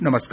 नमस्कार